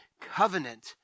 covenant